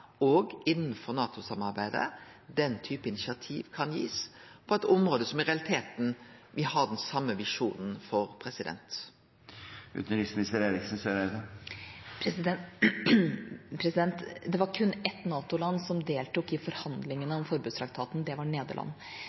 innanfor NATO-samarbeidet, den typen initiativ kan ha, på eit område der me i realiteten har den same visjonen. Det var kun ett NATO-land som deltok i forhandlingene om forbudstraktaten, og det var